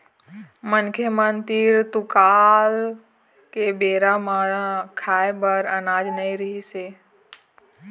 मनखे मन तीर दुकाल के बेरा म खाए बर अनाज नइ रिहिस हे